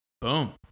boom